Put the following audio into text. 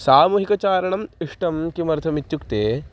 सामूहिकचारणम् इष्टं किमर्थम् इत्युक्ते